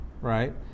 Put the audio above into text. Right